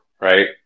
right